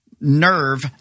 nerve